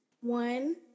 One